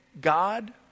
God